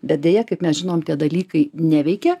bet deja kaip mes žinom tie dalykai neveikia